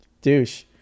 douche